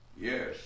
Yes